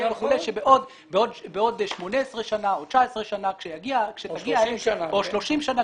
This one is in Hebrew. וכולי שבעוד 18 שנים או 19 שנים או 30 שנים,